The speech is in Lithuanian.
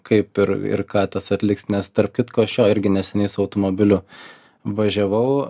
kaip ir ir ką tas atliks nes tarp kitkoaš jo irgi neseniai su automobiliu važiavau